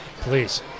Please